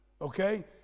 okay